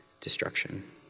destruction